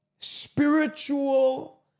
spiritual